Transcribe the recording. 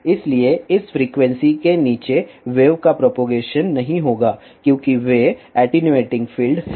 इसलिए इस फ्रीक्वेंसी के नीचे वेव का प्रोपगेशन नहीं होगा क्योंकि वे एटीन्यूएटिंग फील्ड हैं